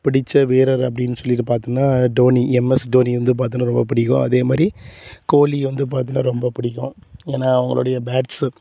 பிடித்த வீரர் அப்படின்னு சொல்லி பார்த்தினா டோனி எம் எஸ் டோனி வந்து பார்த்திங்கனா ரொம்ப பிடிக்கும் அதே மாதிரி கோலி வந்து பார்த்தினா ரொம்ப பிடிக்கும் ஏன்னா அவங்களோடைய பேட்ஸு